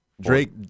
Drake